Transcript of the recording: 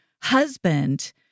husband